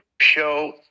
show